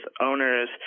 owners